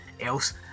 else